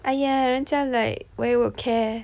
哎呀人家 like where would care